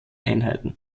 einheiten